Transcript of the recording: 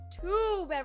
two